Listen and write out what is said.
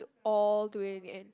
the all the way in the end